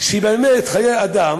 באמת חיי אדם